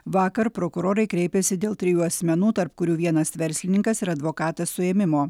vakar prokurorai kreipėsi dėl trijų asmenų tarp kurių vienas verslininkas ir advokatas suėmimo